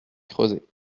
creuser